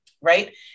right